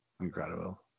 Incredible